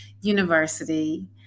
University